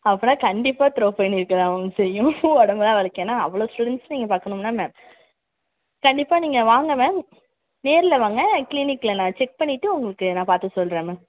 அப்படின்னா கண்டிப்பாக throat pain இருக்க தான் மேம் செய்யும் உடம்புலாம் வலிக்குதுனா அவ்வளோ நீங்கள் பார்க்கணும்னா கண்டிப்பாக நீங்கள் வாங்க மேம் நேரில் வாங்க கிளீனிக்கில் நான் செக் பண்ணிட்டு உங்களுக்கு நான் பார்த்து சொல்கிறேன் மேம்